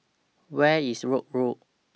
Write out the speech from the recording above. Where IS Road